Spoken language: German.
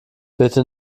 bitte